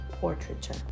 portraiture